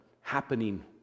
happening